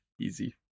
Easy